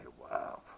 wow